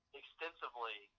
extensively